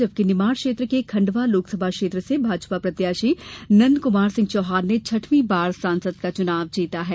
जबकि नीमाड़ क्षेत्र के खंडवा लोकसभा क्षेत्र से भाजपा प्रत्याशी नंदकुमार सिंह चौहान ने छठवीं बार सांसद का चुनाव जीता है